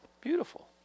beautiful